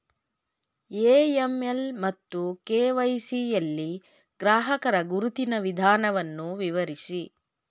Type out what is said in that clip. AML ಮತ್ತು KYC ಯಲ್ಲಿ ಗ್ರಾಹಕರ ಗುರುತಿನ ವಿಧಾನವನ್ನು ವಿವರಿಸಿ?